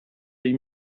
این